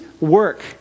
work